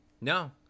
No